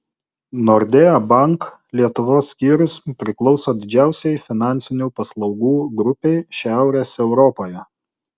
nordea bank lietuvos skyrius priklauso didžiausiai finansinių paslaugų grupei šiaurės europoje